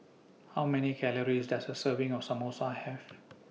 How Many Calories Does A Serving of Samosa Have